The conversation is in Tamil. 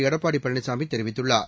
எடப்பாடி பழனிசாமி தெரிவித்துள்ளார்